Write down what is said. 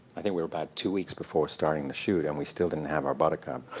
i think we were about two weeks before starting the shoot, and we still didn't have our buttercup.